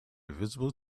visible